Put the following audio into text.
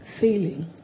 failing